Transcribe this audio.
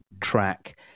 track